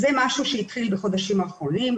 זה משהו שהתחיל בחודשים האחרונים,